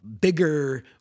bigger